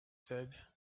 said